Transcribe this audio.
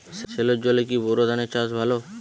সেলোর জলে কি বোর ধানের চাষ ভালো?